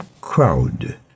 crowd